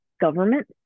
government